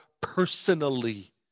personally